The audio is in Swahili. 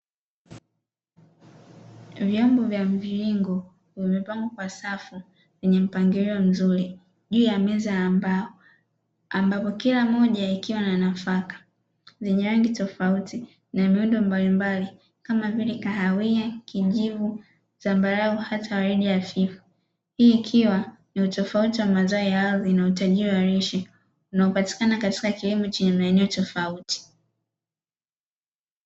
Viazi vya mviringo vimepangwa kwa safu nzuri juu ya meza ambayo kila moja ikiwa na nyangi tofauti na miundo mbalimbali kama vile kahawia kinjivu zambarau hata reja ya fifa hii ikiwa ni utofauti wa mazao ya ardhi na utajiri wa lishe unaopatikana katika kilimo cha maeneo tofauti.